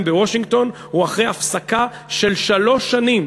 בוושינגטון הוא אחרי הפסקה של שלוש שנים